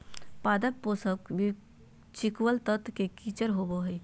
पादप पोषक चिकिकल तत्व के किचर होबो हइ